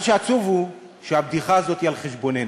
מה שעצוב הוא, שהבדיחה הזאת היא על חשבוננו.